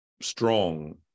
strong